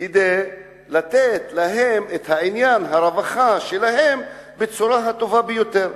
כדי לתת להם את הרווחה שלהם בצורה הטובה ביותר?